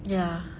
ya